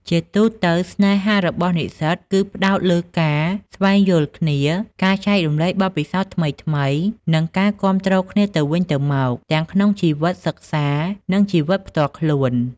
ជាទូទៅ ស្នេហារបស់និស្សិតគឺផ្តោតលើការ ស្វែងយល់គ្នា ការ ចែករំលែកបទពិសោធន៍ថ្មីៗ និងការ គាំទ្រគ្នាទៅវិញទៅមក ទាំងក្នុងជីវិតសិក្សា និងជីវិតផ្ទាល់ខ្លួន។